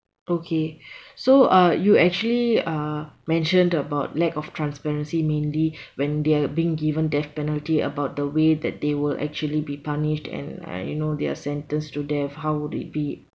okay so uh you actually uh mentioned about lack of transparency mainly when they are being given death penalty about they way that they will actually be punished and uh you know they are sentenced to death how would it be